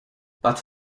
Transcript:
but